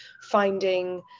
finding